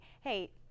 hey